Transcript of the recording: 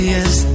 Yes